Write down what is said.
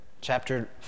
chapter